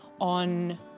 on